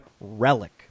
relic